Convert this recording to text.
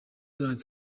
donald